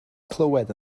clywed